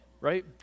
Right